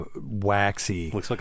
waxy